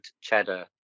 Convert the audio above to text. cheddar